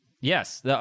Yes